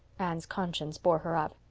anne's conscience bore her up.